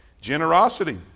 generosity